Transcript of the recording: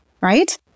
Right